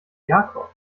jakob